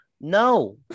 No